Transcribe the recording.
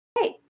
hey